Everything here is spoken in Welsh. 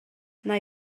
nai